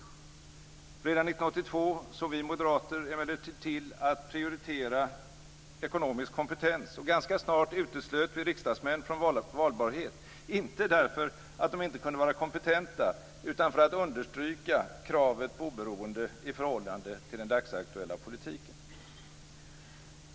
Redan 1982 såg vi moderater emellertid till att prioritera ekonomisk kompetens, och ganska snart uteslöt vi riksdagsmän från valbarhet - inte därför att de inte kunde vara kompetenta utan för att understryka kravet på oberoende i förhållande till den dagsaktuella politiken.